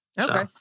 Okay